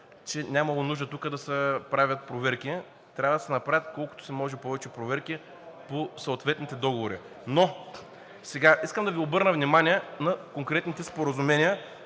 че нямало нужда тук да се правят проверки. Трябва да се направят колкото се може повече проверки по съответните договори. Искам да Ви обърна внимание на конкретните споразумения,